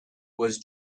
was